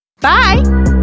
bye